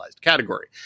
category